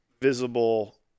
visible